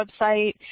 website